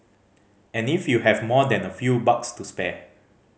and if you have more than a few bucks to spare